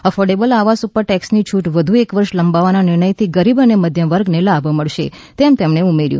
affordable આવાસ ઉપર ટેક્ષની છૂટ વધુ એક વર્ષ લંબાવવાના નિર્ણયથી ગરીબ અને મધ્યમ વર્ગને લાભ મળશે તેમ તેમણે ઉમેર્યું